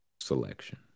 selection